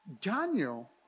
Daniel